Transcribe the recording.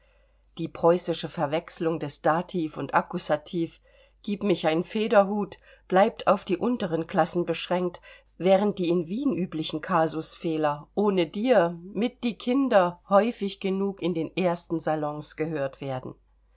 die preußische verwechselung des dativ und accusativ gieb mich einen federhut bleibt auf die unteren klassen beschränkt während die in wien üblichen kasus fehler ohne dir mit die kinder häufig genug in den ersten salons gehört werden